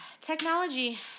Technology